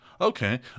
Okay